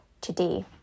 today